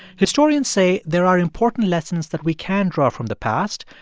historians say there are important lessons that we can draw from the past,